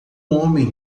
homem